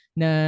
na